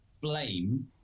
blame